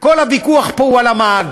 כל הוויכוח פה הוא על המאגר.